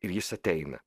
ir jis ateina